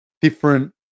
different